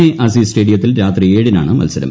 A Azeez സ്റ്റേഡിയത്തിൽ രാത്രി ഏഴിനാണ് മത്സരം